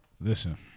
Listen